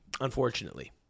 unfortunately